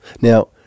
Now